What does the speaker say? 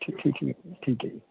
ਠੀਕ ਹੈ ਜੀ